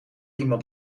iemand